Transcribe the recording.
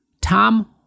Tom